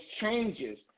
changes